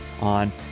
on